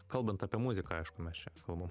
kalbant apie muziką aišku mes čia kalbam